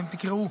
אתם תקראו,